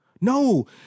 No